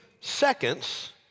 seconds